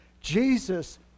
Jesus